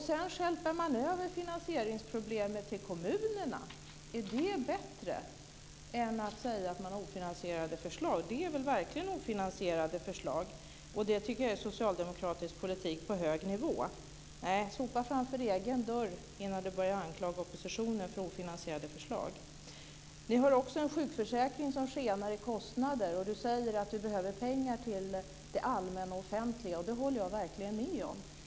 Sedan stjälper man över finansieringsproblemet på kommunerna. Är det bättre? Det är väl verkligen ett ofinansierat förslag. Det är socialdemokratisk politik på hög nivå. Nej, sopa framför egen dörr innan ni börjar anklaga oppositionen för ofinansierade förslag! Vi har också en sjukförsäkring som skenar i kostnader. Per-Olof Svensson säger att det behövs pengar till det offentliga, och det håller jag verkligen med om.